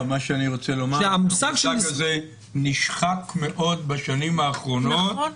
המושג הזה נשחק מאוד בשנים האחרונות